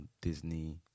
Disney